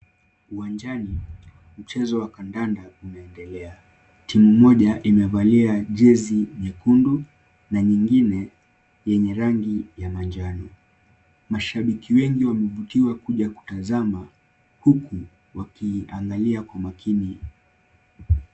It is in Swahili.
Uwanjani, mchezo wa kandanda unaendelea. Timu moja imevalia jezi nyekundu na nyingine yenye rangi ya manjano. Mashabiki wengi wamevutiwa kuja kutazama huku wakiiangalia kwa makini.